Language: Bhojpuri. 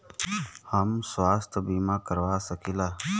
हम स्वास्थ्य बीमा करवा सकी ला?